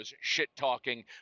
shit-talking